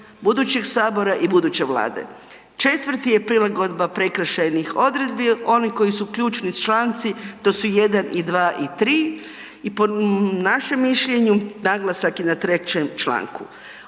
budućeg Sabora i buduće Vlade. 4. je prilagodba prekršajnih odredbi, oni koji su ključni članci to su 1, 2 i 3 i po našem mišljenju naglasak je na 3. članku.